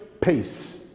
peace